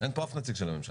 אין פה אף נציג של הממשלה.